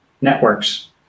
networks